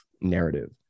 narrative